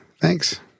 Thanks